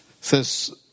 Says